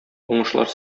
уңышлар